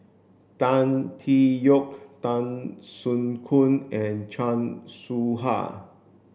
Tan Tee Yoke Tan Soo Khoon and Chan Soh Ha